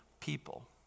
people